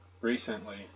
recently